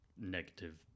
negative